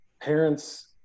Parents